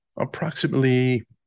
approximately